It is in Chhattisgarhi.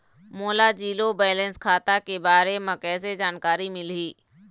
मोला जीरो बैलेंस खाता के बारे म कैसे जानकारी मिलही?